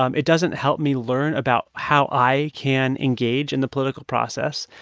um it doesn't help me learn about how i can engage in the political process.